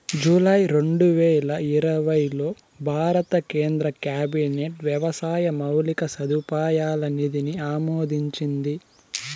July రెండువేల ఇరవైలో భారత కేంద్ర క్యాబినెట్ వ్యవసాయ మౌలిక సదుపాయాల నిధిని ఆమోదించింది